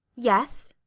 yes?